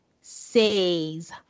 says